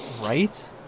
right